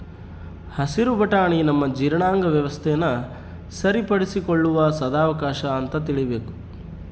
ಹಸಿರು ಬಟಾಣಿ ನಮ್ಮ ಜೀರ್ಣಾಂಗ ವ್ಯವಸ್ಥೆನ ಸರಿಪಡಿಸಿಕೊಳ್ಳುವ ಸದಾವಕಾಶ ಅಂತ ತಿಳೀಬೇಕು